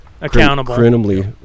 accountable